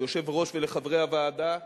ליושב-ראש ולחברי הוועדה,